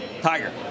Tiger